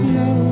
no